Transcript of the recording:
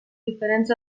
diferents